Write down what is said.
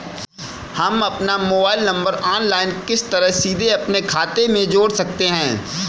हम अपना mobile number online किस तरह सीधे अपने खाते में जोड़ सकते हैं?